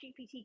GPT